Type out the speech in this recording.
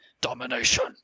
Domination